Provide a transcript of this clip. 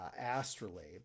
astrolabe